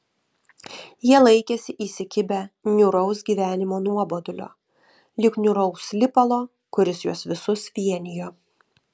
jie laikėsi įsikibę niūraus gyvenimo nuobodulio lyg niūraus lipalo kuris juos visus vienijo